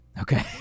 Okay